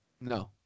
No